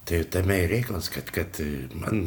tai tame ir reikalas kad kad man